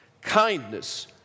kindness